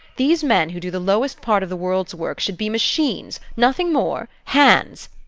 these men who do the lowest part of the world's work should be machines nothing more hands.